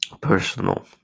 personal